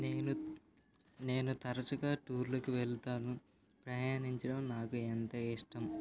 నేను నేను తరచుగా టూర్లకు వెళ్తాను ప్రయాణించడం నాకు ఎంతో ఇష్టం